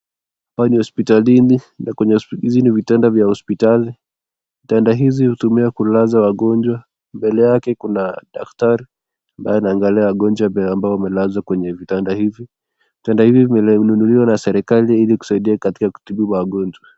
Hapa ni hospitali na kwenye hospitali hizi ni vitanda vya hospitali. Vitanda hizi hutumiwa kulaza wagonjwa. Mbele yake kuna daktari ambaye anaangalia wagonjwa ambao amelazwa kwenye vitanda hivi. Vitanda hivi vimenunuliwa na serikali ili kusaidia katika kutibu wagonjwa.